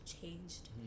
changed